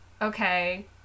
okay